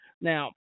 Now